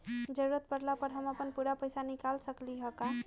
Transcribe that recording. जरूरत परला पर हम अपन पूरा पैसा निकाल सकली ह का?